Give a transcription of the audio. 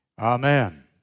Amen